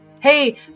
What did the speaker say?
Hey